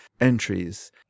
entries